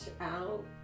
out